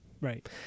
Right